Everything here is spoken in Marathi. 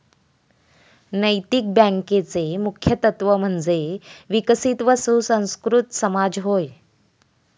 नैतिक बँकेचे मुख्य तत्त्व म्हणजे विकसित व सुसंस्कृत समाज होय